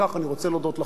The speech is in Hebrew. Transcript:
אני רוצה להודות לכם,